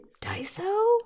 Daiso